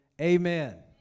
Amen